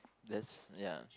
that's ya